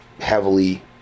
heavily